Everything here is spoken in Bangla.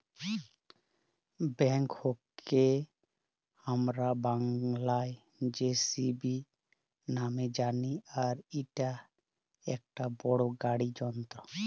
ব্যাকহোকে হামরা বাংলায় যেসিবি নামে জানি আর ইটা একটো বড় গাড়ি যন্ত্র